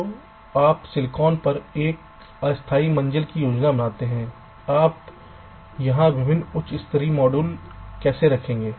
तो आप सिलिकॉन पर एक अस्थायी मंजिल की योजना बनाते हैं आप यहां विभिन्न उच्च स्तरीय मॉड्यूल कैसे रखेंगे